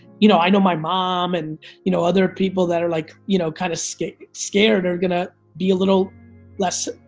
you know i know my mom, and you know other people that are like you know kind of scared, are gonna be a little less